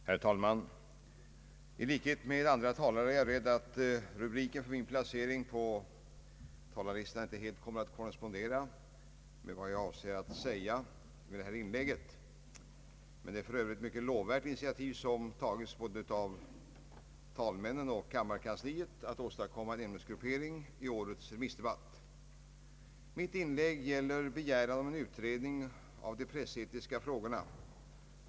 Herr talman! I likhet med andra talare är jag rädd att rubriken för min placering på talarlistan inte helt kommer att korrespondera med vad jag avser att säga. Det är för övrigt ett mycket lovvärt initiativ av talmännen och kammarkansliet att åstadkomma en ämnesgruppering i årets remissdebatt. Mitt inlägg gäller begäran om en utredning av de pressetiska frågorna.